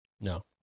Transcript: No